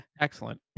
Excellent